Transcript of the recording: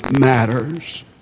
matters